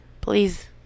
Please